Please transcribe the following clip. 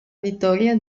vittoria